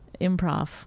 improv